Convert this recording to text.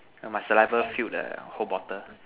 my saliva filled a whole bottle